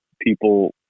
people